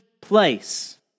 place